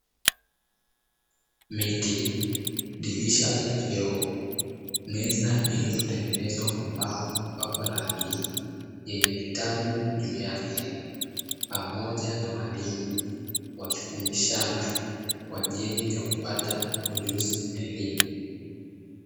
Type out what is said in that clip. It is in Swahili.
Miti, dirisha la kioo, meza iliyotengenezwa kwa mbao na kupakwa rangi, yenye vitabu juu yake, pamoja na walimu wakifundishana kwa ajili ya kupata ujuzi na elimu.